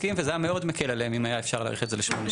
שבדיון הקודם העלינו את הבעיות המאוד קשות של ענף